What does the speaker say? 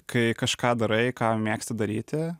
kai kažką darai ką mėgsti daryti